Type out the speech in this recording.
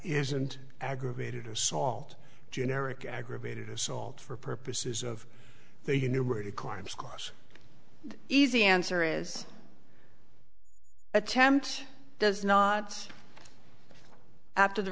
isn't aggravated assault generic aggravated assault for purposes of the numerator climbs cause the easy answer is attempts does not after the